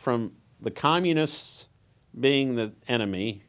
from the communists being the enemy